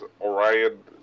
Orion